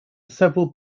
several